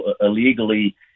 illegally